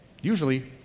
Usually